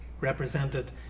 represented